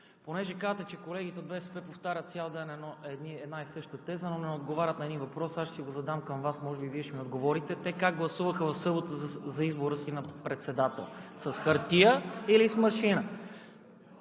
Понеже казвате, че колегите от БСП повтарят цял ден една и съща теза, но не отговарят на един въпрос, аз ще си го задам към Вас, може би Вие ще ми отговорите: те как гласуваха в събота за избора си на председател – с хартия или с машина?